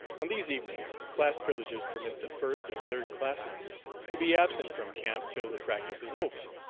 on these evenings class privileges permit the first and third-classmen to be absent from camp till the practice is over.